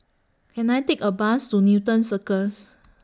Can I Take A Bus to Newton Circus